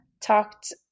talked